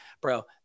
bro